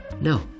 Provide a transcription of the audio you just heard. no